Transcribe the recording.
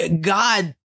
God